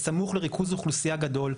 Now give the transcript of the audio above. בסמוך לריכוז אוכלוסייה גדול,